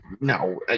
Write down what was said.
no